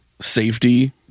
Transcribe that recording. safety